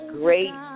great